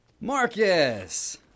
Marcus